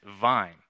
vine